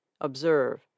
Observe